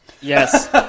Yes